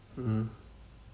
mm